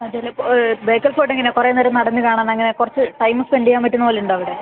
മറ്റേ ലെ ബേക്കൽ ഫോർട്ട് എങ്ങനെയാണ് കുറെ നേരം നടന്ന് കാണാൻ അങ്ങനെ കുറച്ച് ടൈമ് സ്പെൻഡ് ചെയ്യാൻ പറ്റുന്ന പോലെ ഉണ്ടോ അവിടെ